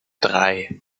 drei